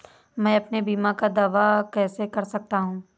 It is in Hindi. मैं अपने बीमा का दावा कैसे कर सकता हूँ?